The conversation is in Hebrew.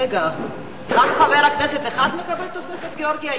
רגע, רק חבר כנסת אחד מקבל תוספת גאורגיה?